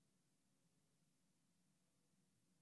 אתה תעלה ותגיד כך, ואני